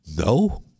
No